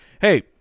hey